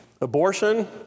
Abortion